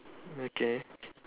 okay